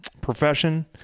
profession